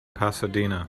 pasadena